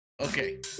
Okay